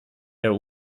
der